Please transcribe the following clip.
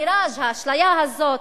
המיראז', האשליה הזאת,